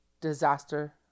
disaster